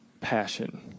passion